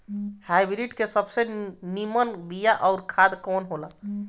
Hybrid के सबसे नीमन बीया अउर खाद कवन हो ला?